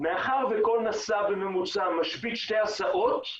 מאחר שכל נשא בממוצע משבית שתי הסעות,